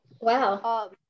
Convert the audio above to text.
Wow